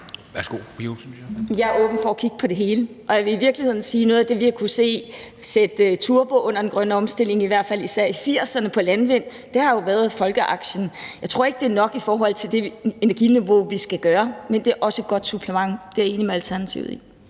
åben for at kigge på det hele, og jeg vil i virkeligheden sige, at noget af det, vi har kunnet se sætter turbo på den grønne omstilling, især i 1980'erne på landvindenergi, har jo været folkeaktien. Jeg tror ikke, det er nok i forhold til det energiniveau, vi skal have, men det er også et godt supplement. Det er jeg enig med Alternativet i.